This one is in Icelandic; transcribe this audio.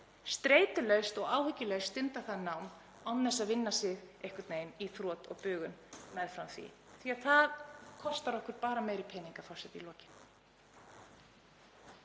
streitulaust og áhyggjulaust stundað það nám án þess að vinna sig einhvern veginn í þrot og bugun meðfram því, því að það kostar okkur bara meiri peninga, forseti, í lokin.